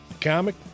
comic